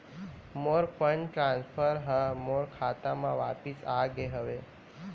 मोर fund transfer हा मोर खाता मा वापिस आ गे हवे